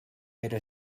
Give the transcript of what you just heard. era